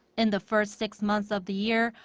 in the first six months of the year,